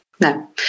No